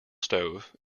stove